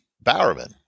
Bowerman